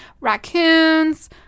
raccoons